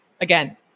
again